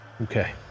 Okay